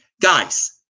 Guys